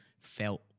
felt